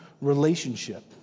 relationship